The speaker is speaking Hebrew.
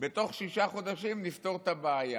בתוך שישה חודשים נפתור את הבעיה.